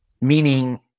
meaning